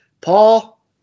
Paul